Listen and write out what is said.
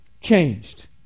changed